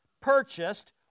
purchased